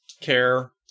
care